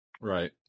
Right